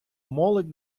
молодь